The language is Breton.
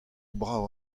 brav